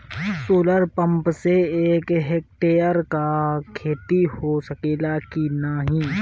Solar pump से एक hectare क खेती हो सकेला की नाहीं?